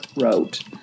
wrote